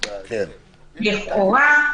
לכאורה,